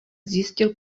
zjistil